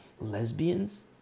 lesbians